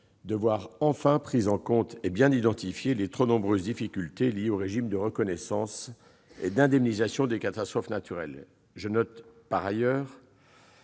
de voir enfin prises en compte et bien identifiées les trop nombreuses difficultés liées au fonctionnement du régime de reconnaissance et d'indemnisation des catastrophes naturelles. Je note que ce